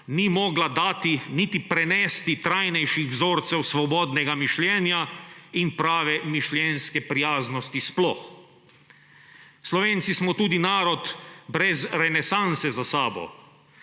ni mogla dati niti prenesti trajnejših vzorcev svobodnega mišljenja in prave mišljenjske prijaznosti sploh. Slovenci smo tudi narod brez renesanse za sabo